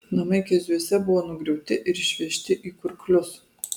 namai keziuose buvo nugriauti ir išvežti į kurklius